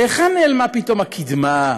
להיכן נעלמה פתאום הקדמה,